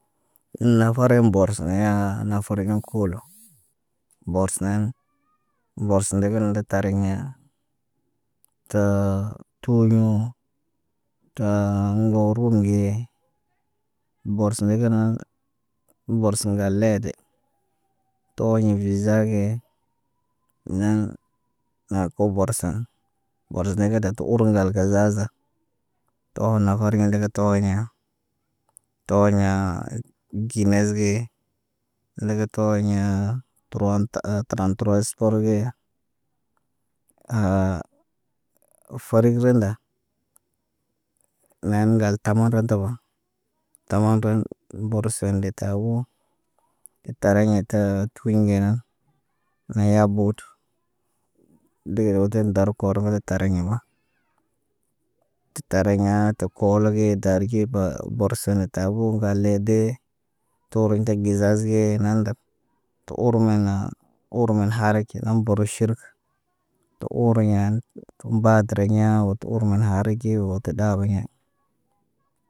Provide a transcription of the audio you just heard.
Ən nafar ya boskiɲaa nafar yuŋg koolo. Borsənan, borsə ndegin ndə tariɲa. Tə tuɲuu, tə muŋgo ruum ge borsə nege naŋgə borsə ŋgal leede. Tooɲi viza ge, naŋg nar ka borsan, boroz nee kə dal tə uruŋg ŋgal gazaaza. Tu oho nafariɲ na de ga tooɲa tooɲaa ginez ge ndege tooɲaa təron a tɾant tərwa espor gee ferinɟonda. Nen ŋgal tama rədaba. Tama nden borsən de taboo tariɲa təə tuɲ gena. Neya but dee geden dar kor məla tariɲema. Tə tariɲaa ta koolo ge darɟet B, borsene tabu ŋgal leede. Toriɲ tak gizaz ge naŋg nap Tə oromənaa, oroman haaricin ɗaŋg boroʃilkə. To ooroɲan tə baatəriɲaa wo to oromon hariiɟi wo tə ɗaabiɲa.